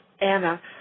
Anna